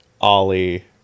Ollie